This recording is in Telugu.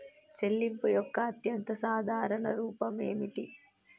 చెల్లింపు యొక్క అత్యంత సాధారణ రూపం ఏమిటి?